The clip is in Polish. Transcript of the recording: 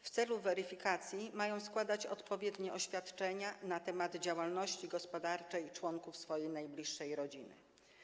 W celu weryfikacji mają składać odpowiednie oświadczenia na temat działalności gospodarczej członków swojej najbliższej rodziny.